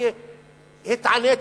אני התעניתי,